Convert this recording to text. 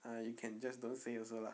ah you can just don't say also lah